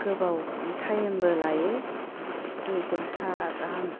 गोबाव थाइमबो लायो दुइ घन्टा गाहाम